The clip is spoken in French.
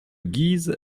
guise